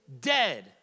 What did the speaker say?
dead